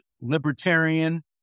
libertarian